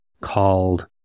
called